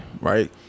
Right